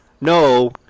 no